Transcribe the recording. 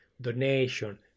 donation